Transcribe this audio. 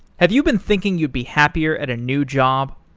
have you been thinking you'd be happier at a new job?